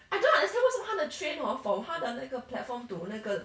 I don't understand 为什么它的 train hor from 它的那个 platform to 那个